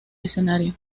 escenario